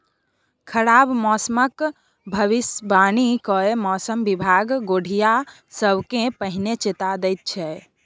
खराब मौसमक भबिसबाणी कए मौसम बिभाग गोढ़िया सबकेँ पहिने चेता दैत छै